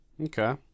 Okay